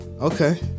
Okay